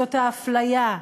זאת האפליה,